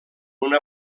una